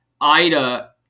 Ida